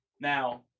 Now